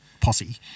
posse